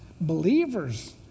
believers